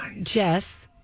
Jess